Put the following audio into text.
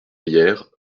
meyère